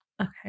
Okay